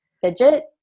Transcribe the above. fidget